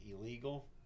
illegal